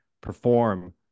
perform